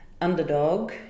underdog